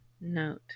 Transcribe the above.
note